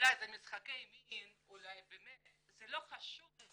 אולי זה משחקי מין, זה לא חשוב,